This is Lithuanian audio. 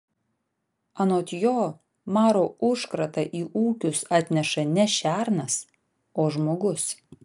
anot jo maro užkratą į ūkius atneša ne šernas o žmogus